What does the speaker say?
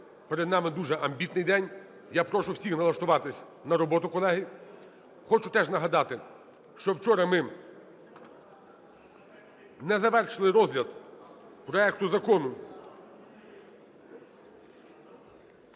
Перед нами дуже амбітний день. Я прошу всіх налаштуватись на роботу, колеги. Хочу теж нагадати, що вчора ми не завершили розгляд проекту Закону